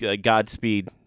godspeed